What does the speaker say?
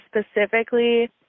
specifically